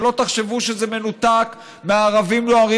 שלא תחשבו שזה מנותק מ"הערבים נוהרים